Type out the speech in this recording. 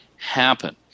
happen